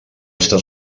està